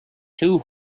two